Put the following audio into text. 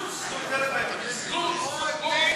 אחרי מה שאמרת, גברתי, אף אחד לא רואה שאת מוותרת.